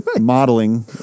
modeling